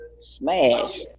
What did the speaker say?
Smash